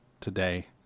today